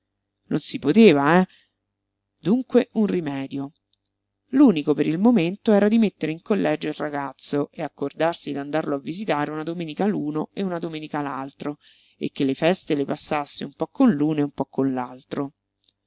non si poteva eh dunque un rimedio l'unico per il momento era di mettere in collegio il ragazzo e accordarsi d'andarlo a visitare una domenica l'uno e una domenica l'altro e che le feste le passasse un po con l'uno e un po con